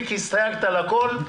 הסתייגת על הכול.